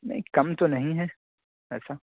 نہیں کم تو نہیں ہے پیسہ